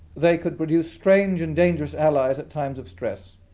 they could produce strange and dangerous allies at times of stress.